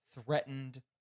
threatened